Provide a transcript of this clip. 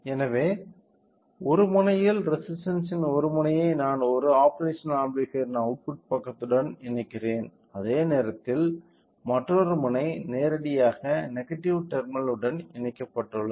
எனவே ஒரு முனையில் ரெசிஸ்டன்ஸ்ன் ஒரு முனையை நான் ஒரு ஆப்பேரஷனல் ஆம்பிளிபையர்யின் அவுட்புட் பக்கத்துடன் இணைக்கிறேன் அதே நேரத்தில் மற்றொரு முனை நேரடியாக நெகடிவ் டெர்மினல் உடன் இணைக்கப்பட்டுள்ளது